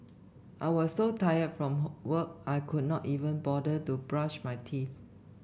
I was so tired from work I could not even bother to brush my teeth